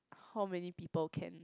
how many people can